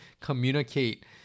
communicate